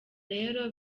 rero